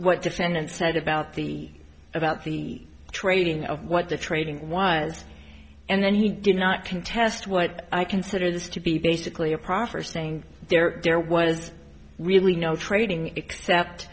what defendant said about the about the trading of what the trading was and then he did not contest what i consider this to be basically a proffer saying there there was really no trading except